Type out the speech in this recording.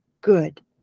good